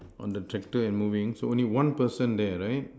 on the tractor and moving so only one person there right